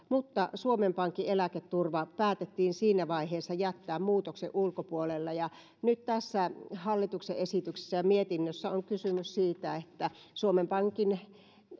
mutta suomen pankin eläketurva päätettiin siinä vaiheessa jättää muutoksen ulkopuolelle ja nyt tässä hallituksen esityksessä ja mietinnössä on kysymys siitä että suomen pankin